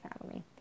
family